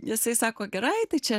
jisai sako gerai tai čia